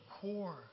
core